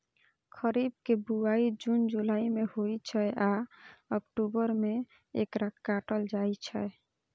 खरीफ के बुआई जुन जुलाई मे होइ छै आ अक्टूबर मे एकरा काटल जाइ छै